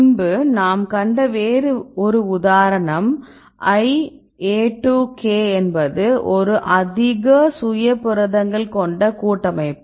முன்பு நாம் கண்ட வேறு ஒரு உதாரணம் 1A2K என்பது ஒரு அதிக சுய புரதங்கள் கொண்ட கூட்டமைப்பு